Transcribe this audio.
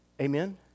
Amen